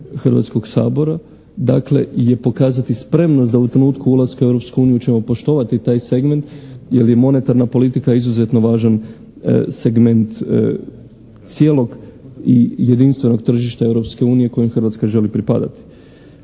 Hrvatskog sabora, dakle, je pokazati spremnost da u trenutku ulaska u Europsku uniju ćemo poštovati taj segment jer je monetarna politika izuzetno važan segment cijelog i jedinstvenog tržišta Europske unije kojem Hrvatska želi pripadati.